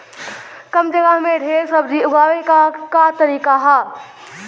कम जगह में ढेर सब्जी उगावे क का तरीका ह?